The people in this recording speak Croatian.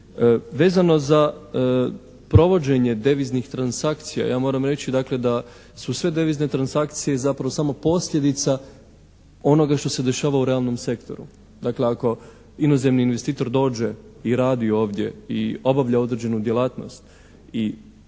Vezano za provođenje deviznih transakcija ja moram reći dakle da su sve devizne transakcije zapravo samo posljedica onoga što se dešava u realnom sektoru. Dakle, ako inozemni investitor dođe i radi ovdje i obavlja određenu djelatnost i provodi